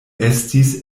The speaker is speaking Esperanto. estis